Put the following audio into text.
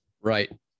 right